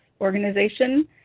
organization